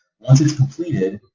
once it's completed,